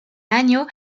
año